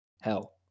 hell